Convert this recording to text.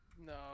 No